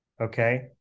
Okay